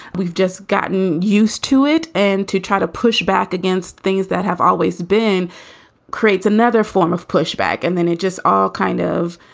we've just gotten used to it. and to try to push back against things that have always been creates another form of pushback. and then it just all kind of,